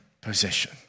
possession